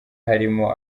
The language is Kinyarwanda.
harimo